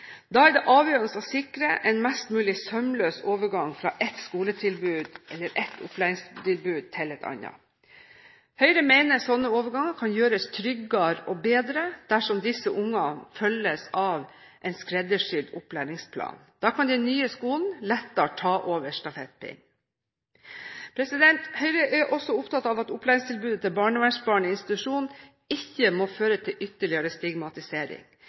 Da er det avgjørende å sikre en mest mulig sømløs overgang fra et opplæringstilbud til et annet. Høyre mener at slike overganger kan gjøres tryggere og bedre dersom disse barna følges av en skreddersydd opplæringsplan. Da kan de nye skolene lettere ta over stafettpinnen. Høyre er også opptatt av at opplæringstilbudet til barnevernsbarn i institusjon ikke må føre til ytterligere stigmatisering.